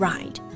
Right